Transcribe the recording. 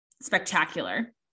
spectacular